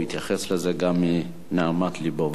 הוא יתייחס לזה גם מנהמת לבו.